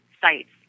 sites